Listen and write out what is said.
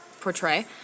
portray